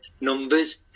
numbers